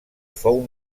fou